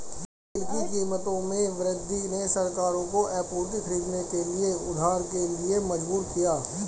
तेल की कीमतों में वृद्धि ने सरकारों को आपूर्ति खरीदने के लिए उधार के लिए मजबूर किया